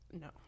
No